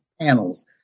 panels